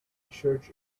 church